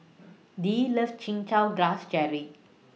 Dee loves Chin Chow Grass Jelly